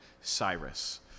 Cyrus